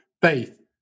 faith